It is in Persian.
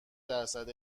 درصد